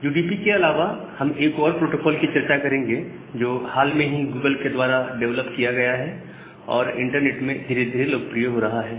UDP के अलावा हम एक और प्रोटोकॉल की चर्चा करेंगे जो हाल ही में गूगल के द्वारा डिवेलप किया गया है और इंटरनेट में धीरे धीरे काफी लोकप्रिय हो रहा है